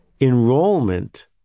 Enrollment